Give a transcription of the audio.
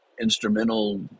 instrumental